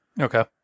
Okay